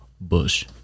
Bush